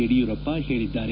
ಯಡಿಯೂರಪ್ಪ ಹೇಳಿದ್ದಾರೆ